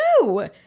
No